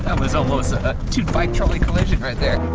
was almost a two bike trolley collision right there.